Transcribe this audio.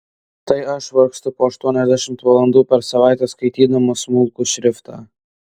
tai aš vargstu po aštuoniasdešimt valandų per savaitę skaitydama smulkų šriftą